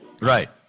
Right